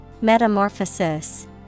Metamorphosis